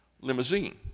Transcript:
limousine